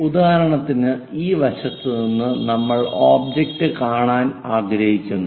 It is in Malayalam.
ഉദാഹരണത്തിന് ഈ വശത്ത് നിന്ന് നമ്മൾ ഒബ്ജക്റ്റ് കാണാൻ ആഗ്രഹിക്കുന്നു